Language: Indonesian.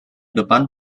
depan